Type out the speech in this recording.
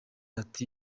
austin